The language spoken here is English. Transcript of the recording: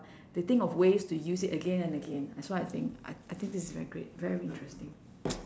they think of ways to use it again and again that's what I think I I think this is very great very interesting